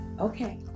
Okay